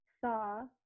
saw